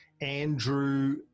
Andrew